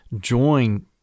join